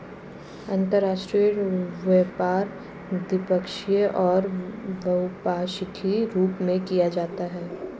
अंतर्राष्ट्रीय व्यापार द्विपक्षीय और बहुपक्षीय रूप में किया जाता है